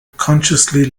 consciously